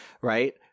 right